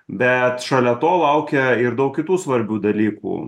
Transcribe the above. bet šalia to laukia ir daug kitų svarbių dalykų